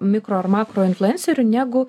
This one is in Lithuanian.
mikro ar makro influenceriu negu